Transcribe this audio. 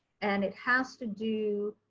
and it has to do.